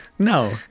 No